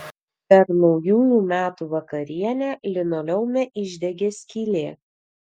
per naujųjų metų vakarienę linoleume išdegė skylė